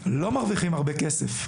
לא מרוויחים הרבה כסף.